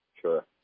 Sure